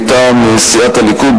מטעם סיעת הליכוד,